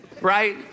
right